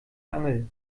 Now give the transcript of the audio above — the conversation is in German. angel